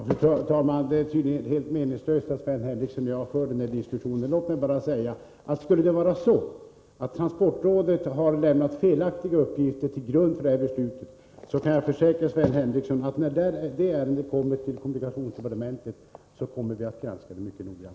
Fru talman! Det är tydligen helt meningslöst att Sven Henricsson och jag fortsätter denna diskussion. Skulle emellertid transportrådet ha lämnat felaktiga uppgifter till grund för detta beslut, kan jag försäkra Sven Henricsson att vi, när ärendet kommer till kommunikationsdepartementet, kommer att granska det mycket noggrant.